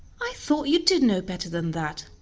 i thought you did know better than that!